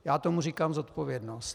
Já tomu říkám zodpovědnost.